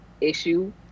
issue